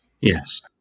Yes